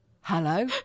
hello